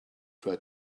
try